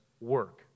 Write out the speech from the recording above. work